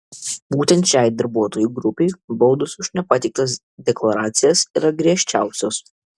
būtent šiai darbuotojų grupei baudos už nepateiktas deklaracijas yra griežčiausios